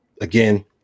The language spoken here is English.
again